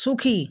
সুখী